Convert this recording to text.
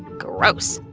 gross.